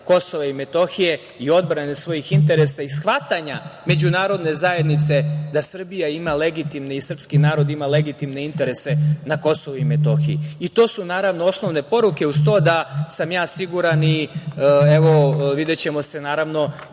Kosova i Metohije i odbrane svojih interesa i shvatanja međunarodne zajednice da Srbija ima legitimni i srpski narod ima legitimne interese na Kosovu i Metohiji. To su, naravno, osnovne poruke, uz to da sam ja siguran i, evo, videćemo se, naravno